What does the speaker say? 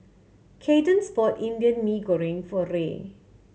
Kadence bought Indian Mee Goreng for Ray